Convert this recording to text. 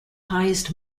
highest